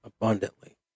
abundantly